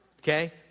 Okay